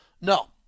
No